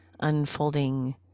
unfolding